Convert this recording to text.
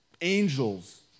angels